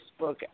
Facebook